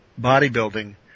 bodybuilding